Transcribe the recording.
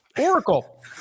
Oracle